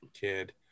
kid